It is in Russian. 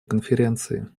конференции